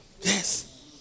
Yes